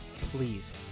please